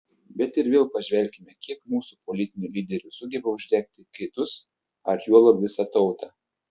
bet ir vėl pažvelkime kiek mūsų politinių lyderių sugeba uždegti kitus ar juolab visą tautą